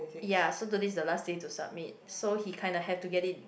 ya so today is the last day to submit so he kind of have to get it